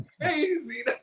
crazy